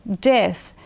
death